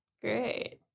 Great